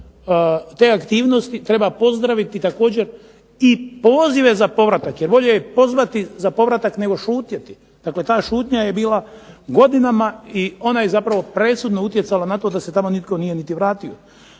te aktivnosti, treba pozdraviti također i pozive za povratak, jer bolje je pozvati za povratak nego šutjeti. Dakle, ta šutnja je bila godinama i ona je zapravo presudno utjecala na to da se tako nitko nije niti vratio.